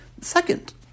Second